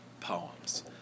poems